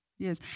Yes